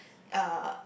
uh